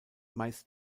meist